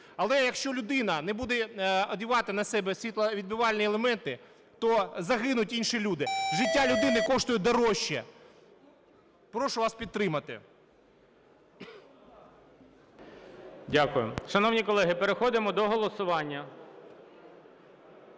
Але якщо людина не буде одягати на себе світловідбивальні елементи, то загинуть інші люди. Життя людини коштує дорожче. Прошу вас підтримати. ГОЛОВУЮЧИЙ. Дякую. Шановні колеги, переходимо до голосування.